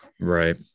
Right